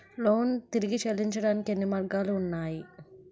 Loan తిరిగి చెల్లించటానికి ఎన్ని మార్గాలు ఉన్నాయి?